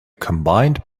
combined